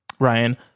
Ryan